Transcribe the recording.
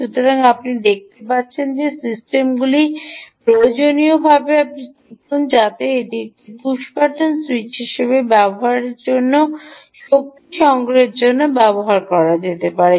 সুতরাং আপনি দেখতে পাচ্ছেন যে সিস্টেমগুলি প্রয়োজনীয়ভাবে আপনি টিপুন জানাতে সেগুলি পুশ বাটন স্যুইচ হিসাবে ব্যবহারের জন্য শক্তি সংগ্রহের জন্য ব্যবহার করা যেতে পারে